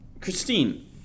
Christine